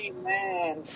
Amen